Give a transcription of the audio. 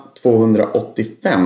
285